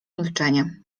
milczenie